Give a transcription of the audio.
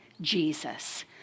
Jesus